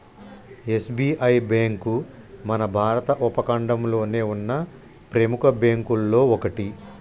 SBI bank మన భారత ఉపఖండంలోనే ఉన్న ప్రెముఖ బ్యేంకుల్లో ఒకటి